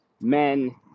men